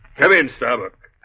come in stomach